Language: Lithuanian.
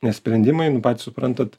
nes sprendimai nu patys suprantat